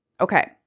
Okay